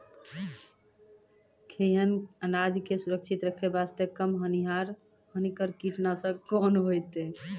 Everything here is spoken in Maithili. खैहियन अनाज के सुरक्षित रखे बास्ते, कम हानिकर कीटनासक कोंन होइतै?